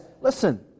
listen